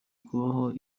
kubaho